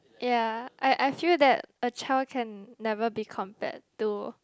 ya I I feel that a child can never be compared to